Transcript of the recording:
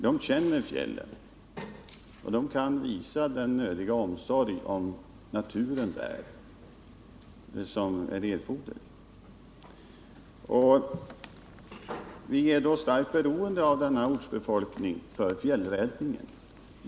Den känner fjällen och kan visa den omsorg om naturen som är erforderlig. Vi är starkt beroende av denna ortsbefolkning för fjällräddningen.